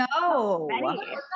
No